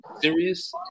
serious